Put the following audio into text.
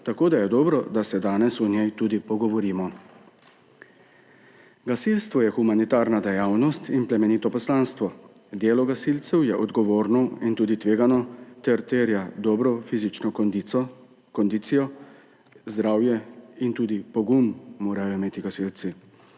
tako da je dobro, da se danes o njej pogovorimo. Gasilstvo je humanitarna dejavnost in plemenito poslanstvo. Delo gasilcev je odgovorno in tudi tvegano ter terja dobro fizično kondicijo, zdravje, in tudi pogum morajo imeti gasilci.